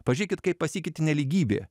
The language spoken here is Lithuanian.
pažiūrėkit kaip pasikeitė nelygybė